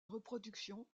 reproduction